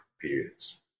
periods